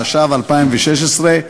התשע"ו 2016,